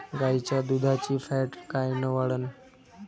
गाईच्या दुधाची फॅट कायन वाढन?